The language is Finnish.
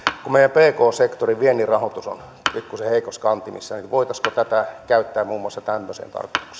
kun meidän pk sektorin viennin rahoitus on pikkusen heikoissa kantimissa niin voitaisiinko tätä käyttää muun muassa tämmöiseen